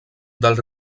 del